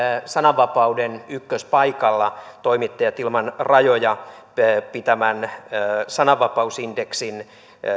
sananvapauden ykköspaikalla toimittajat ilman rajoja järjestön pitämissä sananvapausindeksin